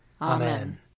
Amen